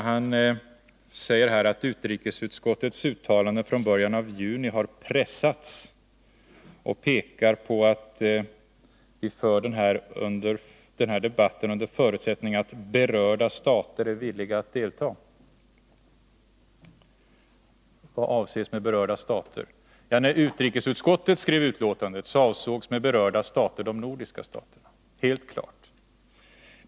Han säger att utrikesutskottets uttalande från början av juni har pressats och pekar på att vi för den här debatten under förutsättning att berörda stater är villiga att delta. Vad avses med berörda stater? När utrikesutskottet skrev betänkandet avsågs med berörda stater de nordiska staterna, helt klart.